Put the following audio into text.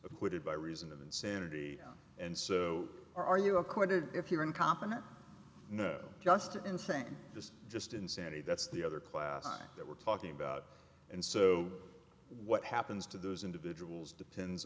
acquitted by reason of insanity and so are you acquitted if you're incompetent no just insane just just insanity that's the other class time that we're talking about and so what happens to those individuals depends